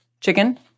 chicken